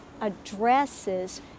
addresses